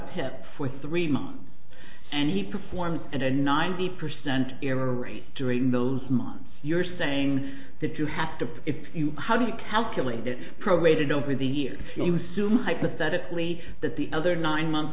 pip for three months and he performs at a ninety percent error rate during those months you're saying that you have to pay it how do you calculate that probated over the years and you assume hypothetically that the other nine months